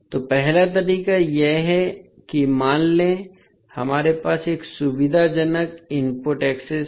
तो पहला तरीका यह है कि मान लें कि हमारे पास एक सुविधाजनक इनपुट एक्सेस है